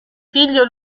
figlio